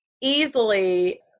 Easily